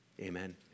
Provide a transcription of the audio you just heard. Amen